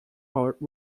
port